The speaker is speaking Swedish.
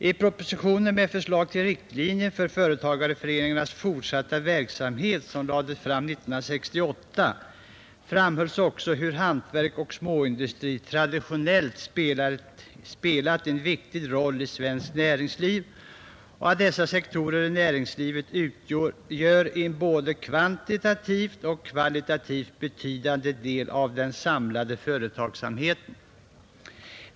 I propositionen med förslag till riktlinjer för företagareföreningarnas fortsatta verksamhet som lades fram 1968 framhölls också hur hantverk och småindustri traditionellt spelat en viktig roll i svenskt näringsliv och att dessa sektorer i näringslivet utgör en både kvantitativt och kvalitativt betydande del av den samlade företagsamheten.